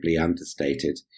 understated